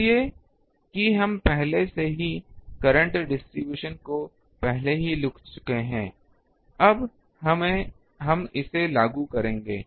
इसलिए कि हम पहले ही करंट डिस्ट्रीब्यूशन को पहले ही लिख चुके हैं अब हम इसे लागू करेंगे